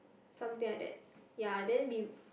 something like that ya then we